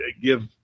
give